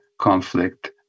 conflict